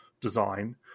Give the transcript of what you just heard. design